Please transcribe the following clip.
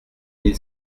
mille